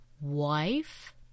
wife